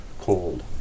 cold